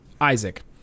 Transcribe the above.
Isaac